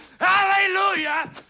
Hallelujah